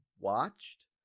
watched